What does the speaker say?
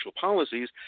policies